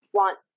want